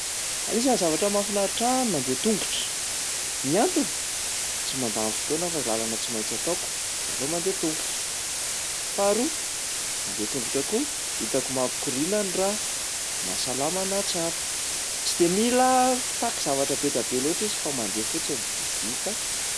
Anisan'ny zavatra mahafinaritra ahy ny mandeha tongotra, ny antony: tsy mandany fotoana aho fa làlana tsy maintsy ataoko de aleo mandeha tongotra; faharoa mandeha tongotra koa hitako mampikoriana ny rà, mahasalama anahy tsara. Tsy de mila mitaky zavatra be da be loatra izy fa mandeha fotsiny de. vita.